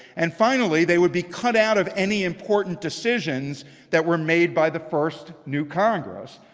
and, finally, they would be cut out of any important decisions that were made by the first new congress.